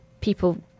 people